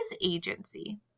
agency